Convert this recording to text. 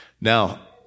Now